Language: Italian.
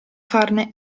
farne